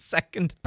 Second